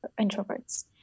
introverts